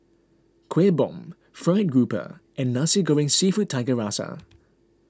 Kueh Bom Fried Grouper and Nasi Goreng Seafood Tiga Rasa